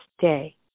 Day